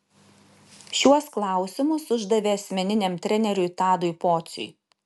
šiuos klausimus uždavė asmeniniam treneriui tadui pociui